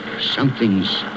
Something's